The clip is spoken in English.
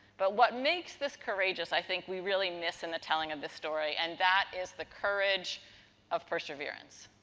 but, what makes this courageous, i think, we really miss in the telling of this story, and that is the courage of perseverance.